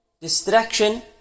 distraction